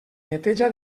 neteja